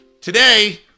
Today